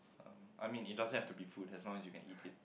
um I mean it doesn't have to be food as long as you can eat it